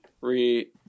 re